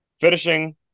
Finishing